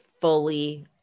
fully